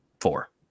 Four